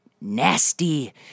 Nasty